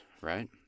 right